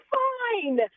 fine